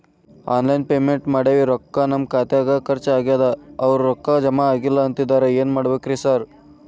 Online payment ಮಾಡೇವಿ ರೊಕ್ಕಾ ನಮ್ ಖಾತ್ಯಾಗ ಖರ್ಚ್ ಆಗ್ಯಾದ ಅವ್ರ್ ರೊಕ್ಕ ಜಮಾ ಆಗಿಲ್ಲ ಅಂತಿದ್ದಾರ ಏನ್ ಮಾಡ್ಬೇಕ್ರಿ ಸರ್?